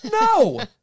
No